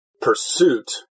pursuit